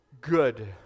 good